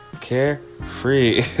carefree